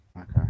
Okay